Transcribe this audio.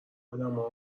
ادمها